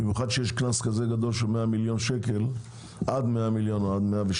במיוחד כשיש קנס כזה גדול של עד 100 מיליון שקל או עד 112 מיליון.